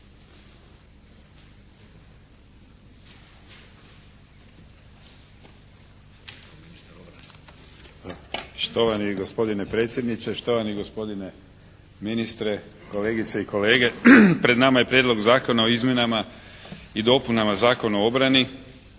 Štovani gospodine predsjedniče, štovani gospodine ministre, kolegice i kolege. Pred nama je Prijedlog zakona o izmjenama i dopunama Zakona o obrani